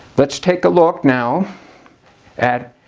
let's take a look now at